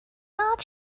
not